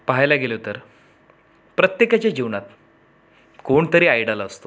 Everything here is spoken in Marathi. पाहायला गेलं तर प्रत्येकाच्या जीवनात कोणतरी आयडाल असतो